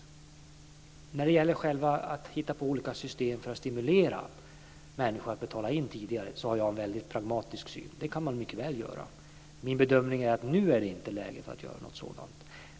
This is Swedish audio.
Jag har en pragmatisk syn på att hitta på system som stimulerar till förtida inbetalning. Det kan man mycket väl göra. Min bedömning är att det nu inte är läge att göra något sådant.